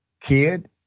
kid